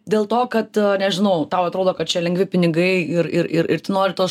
dėl to kad nežinau tau atrodo kad čia lengvi pinigai ir ir ir tu nori tos